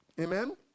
Amen